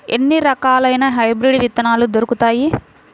ఎన్ని రకాలయిన హైబ్రిడ్ విత్తనాలు దొరుకుతాయి?